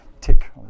Tick